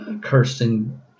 Kirsten